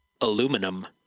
aluminum